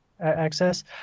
access